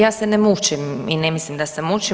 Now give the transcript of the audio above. Ja se ne mučim i ne mislim da se mučim.